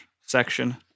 section